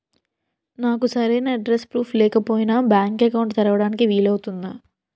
నాకు సరైన address proof లేకపోయినా బ్యాంక్ అకౌంట్ తెరవడానికి వీలవుతుందా?